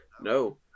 No